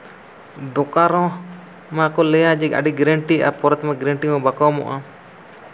ᱫᱳᱠᱟᱱ ᱨᱮᱦᱚᱸ ᱢᱟ ᱞᱟᱹᱭᱟ ᱠᱚ ᱡᱮ ᱟᱹᱰᱤ ᱜᱮᱨᱮᱱᱴᱤ ᱟᱨ ᱯᱚᱨᱮ ᱛᱮᱢᱟ ᱜᱮᱨᱮᱱᱴᱤ ᱢᱟ ᱵᱟᱠᱚ ᱮᱢᱚᱜᱼᱟ